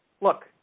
Look